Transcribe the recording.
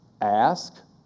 Ask